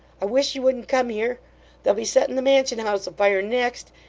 i wish you wouldn't come here they'll be setting the mansion house afire next,